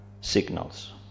signals